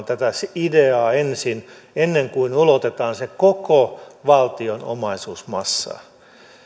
tätä ideaa ensin ennen kuin ulotetaan se koko valtion omaisuusmassaan